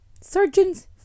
Surgeons